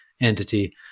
entity